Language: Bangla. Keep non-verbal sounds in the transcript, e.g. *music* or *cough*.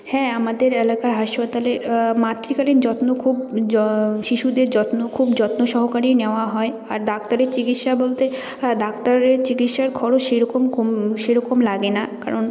হ্যাঁ আমাদের এলাকার হাসপাতালে মাতৃকালীন যত্ন খুব *unintelligible* শিশুদের যত্ন খুব যত্ন সহকারেই নেওয়া হয় আর ডাক্তারের চিকিৎসা বলতে হ্যাঁ ডাক্তারের চিকিৎসার খরচ সেরকম সেরকম লাগে না কারণ